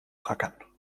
rackern